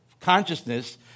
consciousness